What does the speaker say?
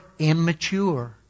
Immature